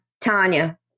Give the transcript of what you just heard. Tanya